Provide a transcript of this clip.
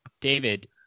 David